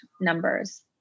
numbers